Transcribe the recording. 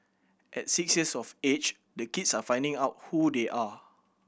at six years of age the kids are finding out who they are